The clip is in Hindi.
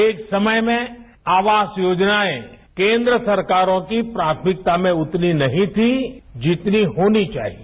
एक समय में आवास योजनाएं केन्द्र सरकारों की प्राथमिकता में उतनी नहीं थी जितनी होनी चाहिए